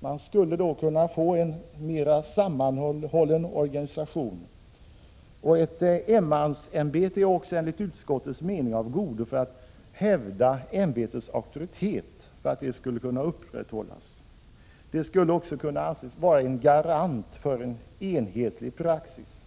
Man skulle då kunna få en mera sammanhållen organisation. Ett enmansämbete är också enligt utskottets mening av godo för att ämbetets auktoritet skulle kunna upprätthållas. Det skulle också vara en garant för en enhetlig praxis.